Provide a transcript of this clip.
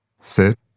Sit